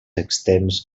extens